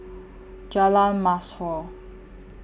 Jalan Mashhor